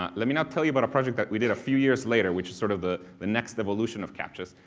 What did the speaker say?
um let me now tell about a project that we did a few years later, which is sort of the the next evolution of captchas.